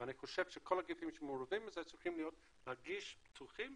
ואני חושב שכל הגופים שמעורבים בזה צריכים להרגיש בטוחים